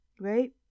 right